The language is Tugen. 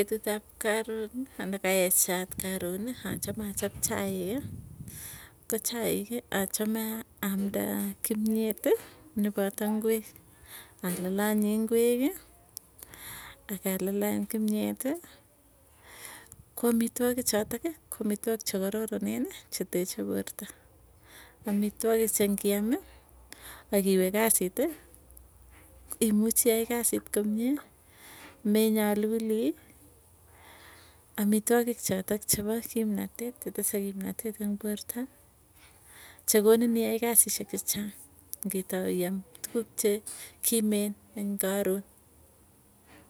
Petut ap karoni ana kaechat karooni achame achop chaiki. Ko chaiki achame aamda kimyet nepoto ingweek. Alalanyi ingweki, akalalany kimyeti, koamitugi chotok koamitwogik, chekararanen cheteche porta, amitwogik che ngiami akiwe kasit. Imuchi iai kasit komie menyaluli, amitwogik chotok chepo kimnatet, chetese kimnatet eng porta. Che konin iai kasisyek chechang ngitau iam tukuk che kimen eng karoon.